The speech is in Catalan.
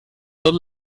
tot